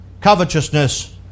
Covetousness